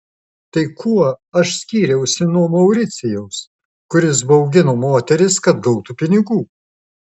tai kuo aš skyriausi nuo mauricijaus kuris baugino moteris kad gautų pinigų